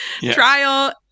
trial